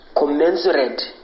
commensurate